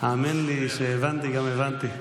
האמן לי שהבנתי גם הבנתי.